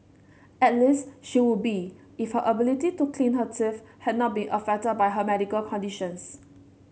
at least she would be if her ability to clean her teeth had not been affected by her medical conditions